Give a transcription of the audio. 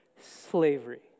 slavery